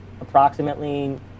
approximately